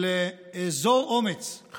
לאזור אומץ ולהתנגד,